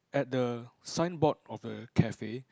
at the signboard of the cafe